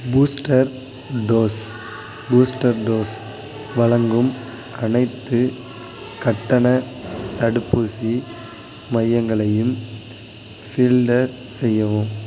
booster dose booster dose வழங்கும் அனைத்துக் கட்டணத் தடுப்பூசி மையங்களையும் ஃபில்டர் செய்யவும்